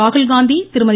ராகுல் காந்தி திருமதி